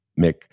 Mick